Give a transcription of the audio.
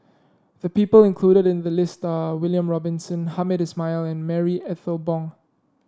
the people included in the list are William Robinson Hamed Ismail and Marie Ethel Bong